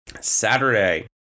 Saturday